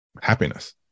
happiness